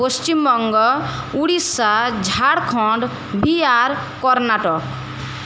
Paschimbanga Orissa Jharkhand Bihar Karnataka